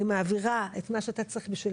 אני מעבירה את מה שאתה צריך בשביל,